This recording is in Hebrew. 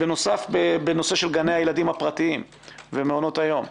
בנוסף- בנושא גנים פרטיים ומעונות היום.